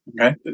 okay